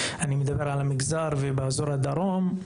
אני מדבר על המגזר במיוחד ובאזור הדרום.